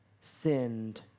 sinned